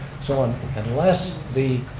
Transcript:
so um unless the